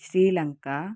Sri Lanka